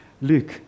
Luke